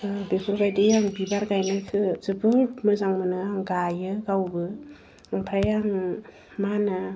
बेफोरबायदि आं बिबार गायनायखौ जोबोद मोजां मोनो आं गाइयो गावबो ओमफ्राय आङो मा होनो